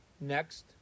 Next